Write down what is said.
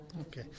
Okay